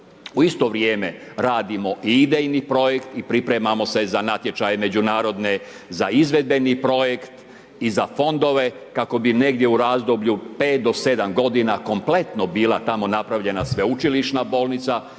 u isto vrijeme radimo i idejni projekt i pripremamo se za natječaje međunarodne za izvedbeni projekt i za fondove kako bi negdje u razdoblju 5-7 godina kompletno bila tamo napravljena sveučilišna bolnica